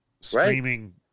streaming